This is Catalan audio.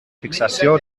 fixació